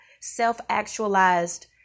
self-actualized